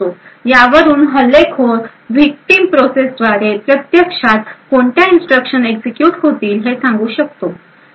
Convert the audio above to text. यावरून हल्लेखोर victim process द्वारे प्रत्यक्षात कोणत्या इन्स्ट्रक्शन एक्झिक्युट होतील हे सांगू शकतो